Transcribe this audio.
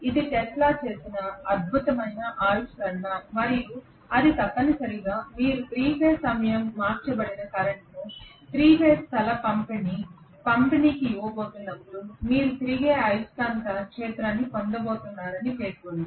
ఇది టెస్లా చేసిన అద్భుతమైన ఆవిష్కరణ మరియు ఇది తప్పనిసరిగా మీరు 3 ఫేజ్ సమయం మార్చబడిన కరెంట్ను 3 ఫేజ్ స్థల పంపిణీ పంపిణీకి ఇవ్వబోతున్నప్పుడు మీరు తిరిగే అయస్కాంత క్షేత్రాన్ని పొందబోతున్నారని పేర్కొంది